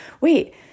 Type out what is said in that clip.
wait